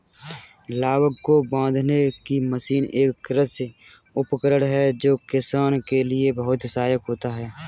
लावक को बांधने की मशीन एक कृषि उपकरण है जो किसानों के लिए बहुत सहायक होता है